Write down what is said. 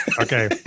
Okay